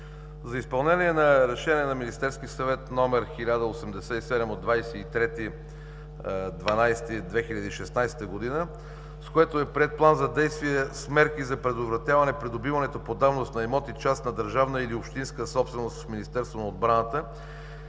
За изпълнение на Решение на Министерския съвет № 1087 от 23 декември 2016 г., с което е приет план за действие с мерки за предотвратяване придобиването по давност на имоти частна, държавна или общинска собственост в Министерство на отбраната